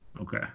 Okay